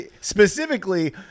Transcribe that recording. specifically